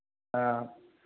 ہاں